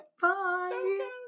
Bye